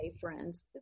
friends